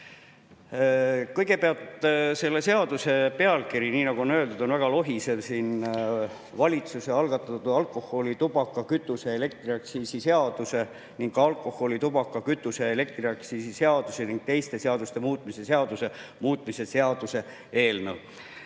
Kõigepealt, selle seaduse pealkiri on, nagu juba öeldud, väga lohisev: valitsuse algatatud alkoholi-, tubaka-, kütuse- ja elektriaktsiisi seaduse ning alkoholi-, tubaka-, kütuse- ja elektriaktsiisi seaduse ning teiste seaduste muutmise seaduse